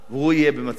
יהיה במצב כזה.